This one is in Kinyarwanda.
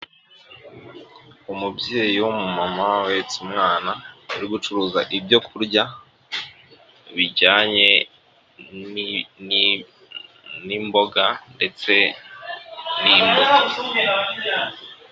Umubyeyi w'umumama uhetse umwana, ari gucuruza ibyo kurya bijyanye n'imboga ndetse n'imbuto.